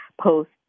post